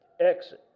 Exit